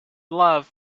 love